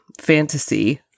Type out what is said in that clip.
fantasy